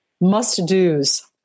must-do's